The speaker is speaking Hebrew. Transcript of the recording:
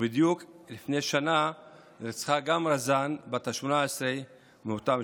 בדיוק לפני שנה נרצחה גם רזאן בת ה-18 מאותה משפחה.